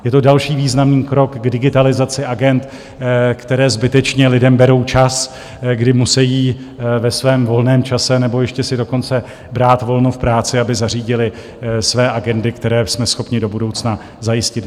Je to další významný krok k digitalizaci agend, které zbytečně lidem berou čas, kdy musejí ve svém volném čase, nebo ještě si dokonce brát volno v práci, aby zařídili své agendy, které jsme schopni do budoucna zajistit digitálně.